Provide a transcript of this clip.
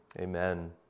Amen